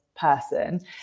person